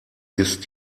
ist